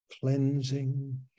cleansing